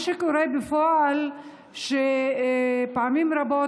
בפועל פעמים רבות,